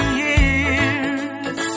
years